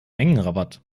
mengenrabatt